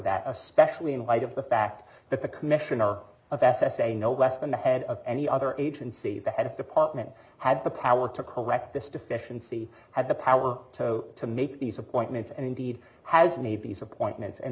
that especially in light of the fact that the commissioner of s s a no less than the head of any other agency the head of department had the power to correct this deficiency had the power to make these appointments and indeed has made these appointments and